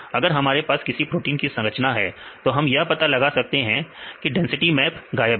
अगर हमारे पास किसी प्रोटीन की संरचना है तो हम यह पता लगा सकते हैं कि डेंसिट मैप गायब है